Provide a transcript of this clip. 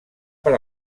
per